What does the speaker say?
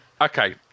okay